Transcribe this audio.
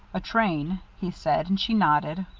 a train, he said and she nodded.